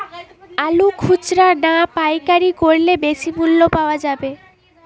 আলু খুচরা না পাইকারি করলে বেশি মূল্য পাওয়া যাবে?